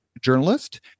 journalist